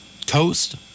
Toast